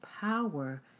power